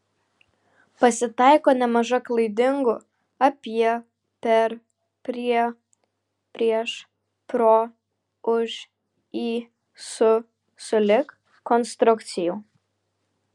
pasitaiko nemaža klaidingų apie per prie prieš pro už į su sulig konstrukcijų